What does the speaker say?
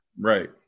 Right